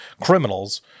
criminals